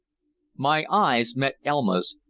my eyes met elma's,